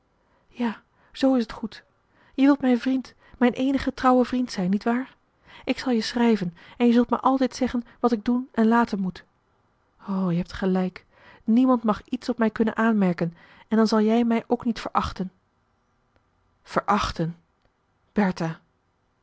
ja zoo is t goed je wilt mijn vriend mijn eenige trouwe vriend zijn niet waar ik zal je schrijven en je zult mij altijd zeggen wat ik doen en laten moet o je hebt gelijk niemand mag iets op mij kunnen aanmerken en dan zal jij mij ook niet verachten verachten bertha